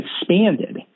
expanded